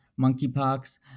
monkeypox